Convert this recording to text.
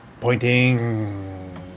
pointing